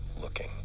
looking